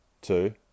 two